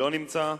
לא נמצא.